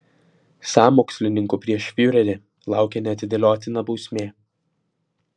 sąmokslininkų prieš fiurerį laukia neatidėliotina bausmė